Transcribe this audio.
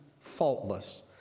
faultless